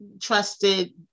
trusted